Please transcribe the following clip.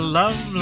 love